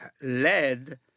led